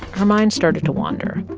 her mind started to wander.